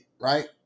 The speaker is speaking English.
right